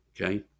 okay